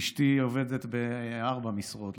אשתי עובדת בארבע משרות,